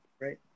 right